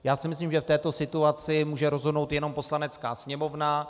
Já si myslím, že v této situaci může rozhodnout jenom Poslanecká sněmovna.